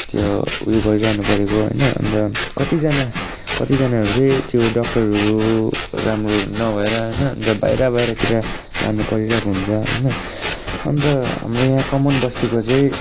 त्यो उयो गरिरहनु परेको होइन अन्त कतिजना कतिजनाहरू चाहिँ त्यो डक्टरहरू राम्रो नभएर होइन अन्त बाहिर बाहिरतिर लानु परिरहेको हुन्छ होइन अन्त हाम्रो यहाँ कमान बस्तीको चाहिँ